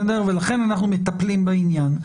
ולכן אנחנו מטפלים בעניין.